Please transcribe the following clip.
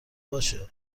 باشه